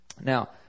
Now